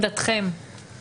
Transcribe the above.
מה עמדתכם?